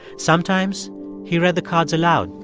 sometimes he read the cards aloud.